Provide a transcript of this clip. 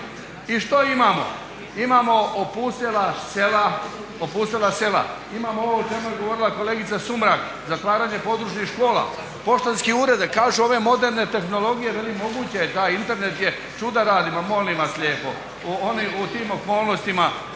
I što imamo? Imamo opustjela sela, imamo ovo o čemu je govorila kolegica Sumrak, zatvaranje područnih škola, poštanske urede. Kažu ove moderne tehnologije veli moguće je, da, Internet je čuda radi. Ma molim vas lijepo, oni u tim okolnostima